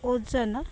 ଓଜନ